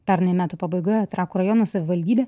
pernai metų pabaigoje trakų rajono savivaldybė